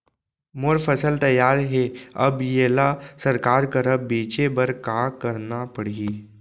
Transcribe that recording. मोर फसल तैयार हे अब येला सरकार करा बेचे बर का करना पड़ही?